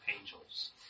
angels